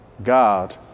God